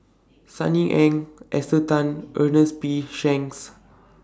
Sunny Ang Esther Tan Ernest P Shanks